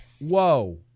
Whoa